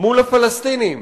מול הפלסטינים,